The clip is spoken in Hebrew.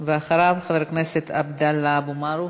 אחריו, חבר הכנסת עבדאללה אבו מערוף.